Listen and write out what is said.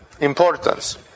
importance